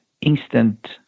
instant